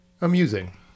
Amusing